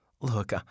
Look